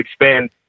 expand